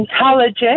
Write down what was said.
intelligent